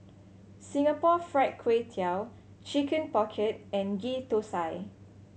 Singapore Fried Kway Tiao Chicken Pocket and Ghee Thosai